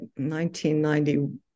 1991